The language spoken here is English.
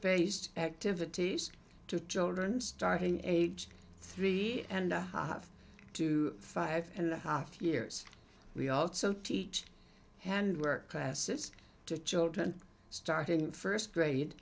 based activities to children starting age three and a half to five and a half years we also teach handwork classes to children starting in first grade